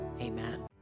amen